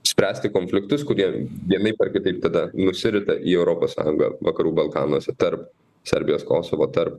spręsti konfliktus kurie vienaip ar kitaip tada nusirita į europos sąjungą vakarų balkanuose tarp serbijos kosovo tarp